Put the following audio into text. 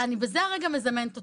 אני בזה הרגע מזמנת אותך.